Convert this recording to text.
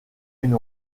une